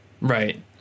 Right